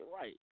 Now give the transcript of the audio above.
Right